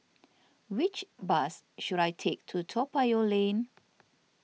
which bus should I take to Toa Payoh Lane